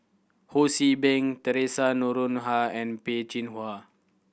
Ho See Beng Theresa Noronha and Peh Chin Hua